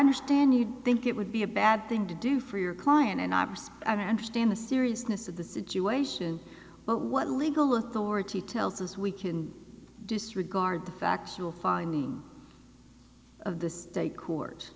understand you think it would be a bad thing to do for your client and i mean i understand the seriousness of the situation but what legal authority tells us we can disregard the factual findings of the state court